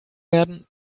werden